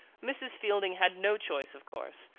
mrs. fielding had no choice, of course,